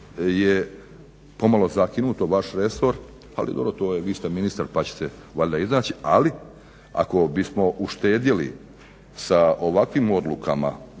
je pomalo zakinuto, vaš resor. Ali dobro, to je, vi ste ministar pa ćete valjda iznaći. Ali ako bismo uštedjeli sa ovakvim odlukama